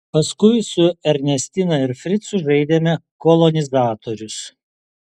paskui su ernestina ir fricu žaidėme kolonizatorius